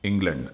England